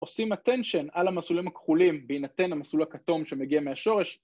עושים attention על המסלולים הכחולים בהינתן המסלול הכתום שמגיע מהשורש